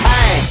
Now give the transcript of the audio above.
Hey